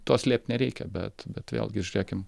to slėpt nereikia bet vėlgi žiūrėkim